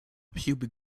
pubic